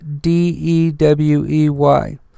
D-E-W-E-Y